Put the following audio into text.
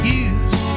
use